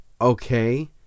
okay